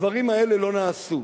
הדברים האלה לא נעשו,